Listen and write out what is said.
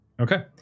Okay